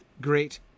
great